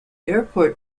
airport